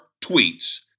tweets